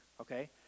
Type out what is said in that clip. okay